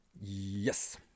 Yes